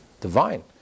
divine